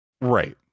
right